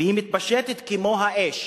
והיא מתפשטת כמו האש.